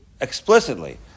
explicitly